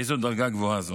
איזו דרגה גבוהה זו.